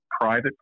private